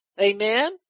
Amen